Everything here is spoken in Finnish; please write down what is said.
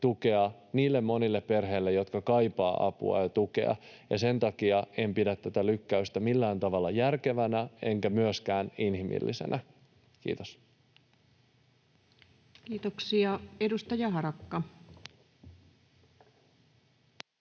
tukea niille monille perheille, jotka kaipaavat apua ja tukea, ja sen takia en pidä tätä lykkäystä millään tavalla järkevänä enkä myöskään inhimillisenä. — Kiitos. Kiitoksia. — Edustaja Harakka.